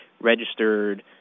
registered